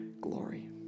glory